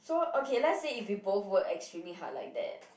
so okay let's say if we both work extremely hard like that